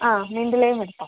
അ എടുത്തോ